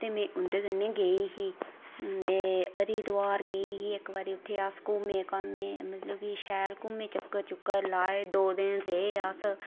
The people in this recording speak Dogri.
ते में उंदे कन्नै गेई ही ते हरिद्वार गेई ही इक्क बारी ते उत्थै अस घुम्में ते शैल चक्कर लाए ते दो दिन रेह् अस